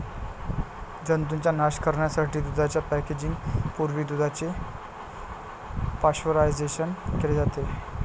जंतूंचा नाश करण्यासाठी दुधाच्या पॅकेजिंग पूर्वी दुधाचे पाश्चरायझेशन केले जाते